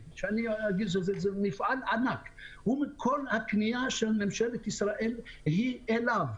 כל הקנייה של ממשלת ישראל היא מהם.